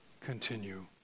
continue